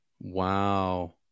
Wow